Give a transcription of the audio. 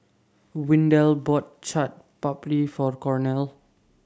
Windell bought Chaat Papri For Cornel